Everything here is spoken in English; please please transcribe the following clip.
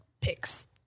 picks